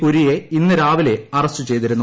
പുരിയെ ഇന്ന് രാവിലെ അറസ്റ്റ് ചെയ്തിരുന്നു